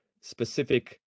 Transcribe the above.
specific